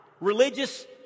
Religious